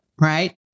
Right